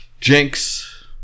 jinx